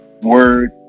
word